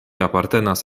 apartenas